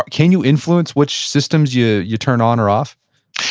can you influence which systems you you turn on or off?